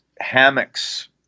hammocks